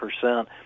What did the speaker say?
percent